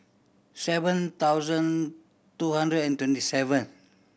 seven thousand two hundred and twenty seven